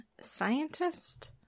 scientist